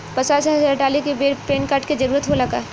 पचास हजार डाले के बेर पैन कार्ड के जरूरत होला का?